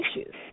issues